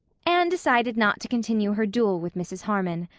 anne decided not to continue her duel with mrs. harmon.